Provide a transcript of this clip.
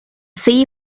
see